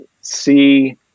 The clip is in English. see